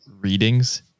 readings